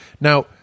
Now